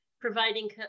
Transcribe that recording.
providing